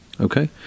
okay